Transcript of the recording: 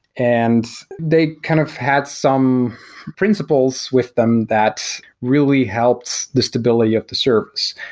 and they kind of had some principles with them that really helps the stability of the service.